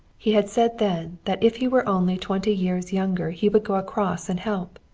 he had said then that if he were only twenty years younger he would go across and help.